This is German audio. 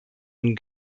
den